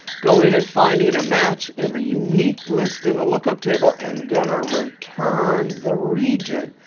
going and finding a match in the unique list in the lookup table and going to return the region.